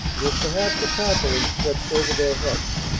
with perhaps a tarpaulin stretched over their heads.